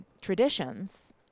traditions